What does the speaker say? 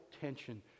tension